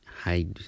hide